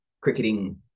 cricketing